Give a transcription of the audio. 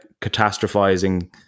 catastrophizing